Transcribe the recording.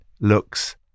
looks